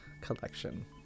collection